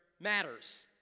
matters